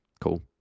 cool